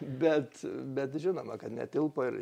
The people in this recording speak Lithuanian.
bet bet žinoma kad netilpo ir